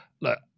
Look